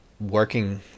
working